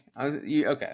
Okay